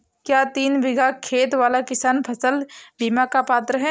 क्या तीन बीघा खेत वाला किसान फसल बीमा का पात्र हैं?